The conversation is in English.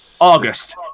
August